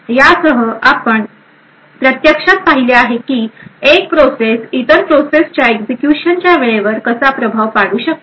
यासह आपण प्रत्यक्षात पाहिले आहे की एक प्रोसेस इतर प्रोसेसच्या एक्झिक्युशनच्या वेळेवर कसा प्रभाव पाडू शकते